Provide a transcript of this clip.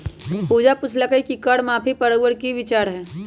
पूजा पुछलई कि कर माफी पर रउअर कि विचार हए